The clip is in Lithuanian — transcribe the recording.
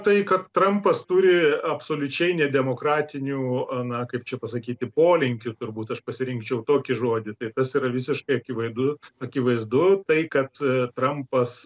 tai kad trampas turi absoliučiai nedemokratinių na kaip čia pasakyti polinkių turbūt aš pasirinkčiau tokį žodį tai tas yra visiškai akivaidu akivaizdu tai kad trampas